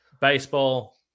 baseball